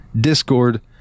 Discord